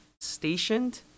stationed